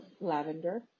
lavender